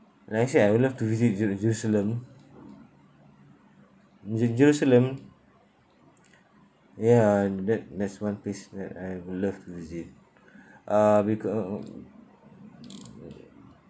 like I said I would love to visit jeru~ jerusalem visit jerusalem ya and that that's one place that I would love to visit uh becau~ uh